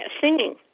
singing